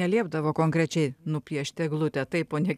neliepdavo konkrečiai nupiešti eglutę taip o ne